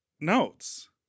notes